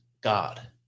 God